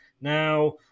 now